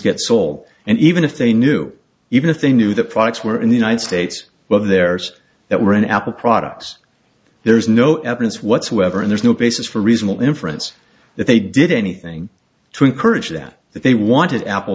get sold and even if they knew even if they knew the products were in the united states well there's that were an apple products there is no evidence whatsoever and there's no basis for reasonable inference that they did anything to encourage that that they wanted apple